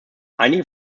einige